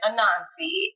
Anansi